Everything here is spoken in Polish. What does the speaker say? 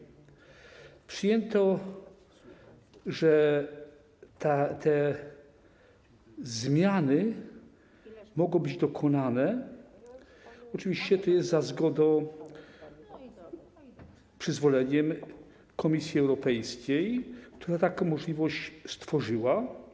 Przyjęto, że te zmiany mogą być dokonane oczywiście za zgodą, przyzwoleniem Komisji Europejskiej, która taką możliwość stworzyła.